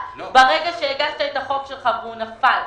ברגע שהגשת את הצעת החוק שלך והיא נפלה,